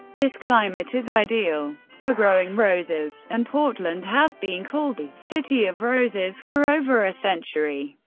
this climate is ideal for growing roses, and portland has been called the city of roses for over a century.